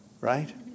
right